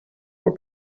were